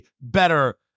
better